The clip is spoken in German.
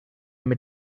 mit